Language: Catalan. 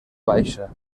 baixa